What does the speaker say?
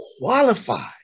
qualified